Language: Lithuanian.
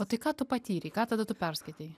o tai ką tu patyrei ką tada tu perskaitei